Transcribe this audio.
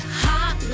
hot